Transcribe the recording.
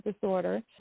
disorder